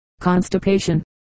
constipation